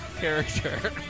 character